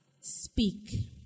speak